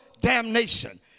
damnation